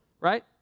right